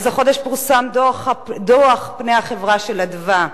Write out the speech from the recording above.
החודש פורסם דוח פני החברה של "אדוה",